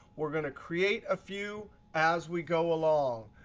we're going to create a few as we go along.